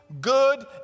good